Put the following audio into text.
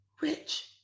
rich